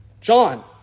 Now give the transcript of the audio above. John